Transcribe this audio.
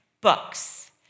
books